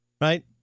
right